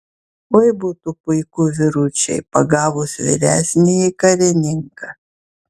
oi būtų puiku vyručiai pagavus vyresnįjį karininką